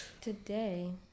Today